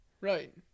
Right